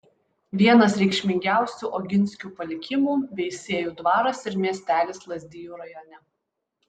vienas reikšmingiausių oginskių palikimų veisiejų dvaras ir miestelis lazdijų rajone